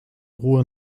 ruhe